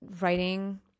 writing